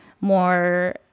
more